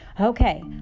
okay